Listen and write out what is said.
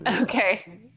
okay